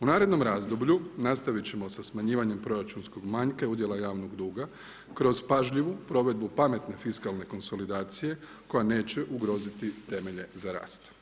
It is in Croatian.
U narednom razdoblju, nastaviti ćemo sa smanjivanjem proračunskog manjka i udjela javnog duga, kroz pažljivu provedbu pametne fiskalne konsolidacije, koja neće ugroziti temelje za rast.